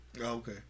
okay